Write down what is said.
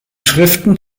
schriften